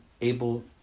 able